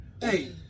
Hey